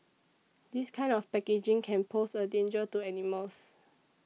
this kind of packaging can pose a danger to animals